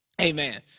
amen